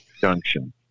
junction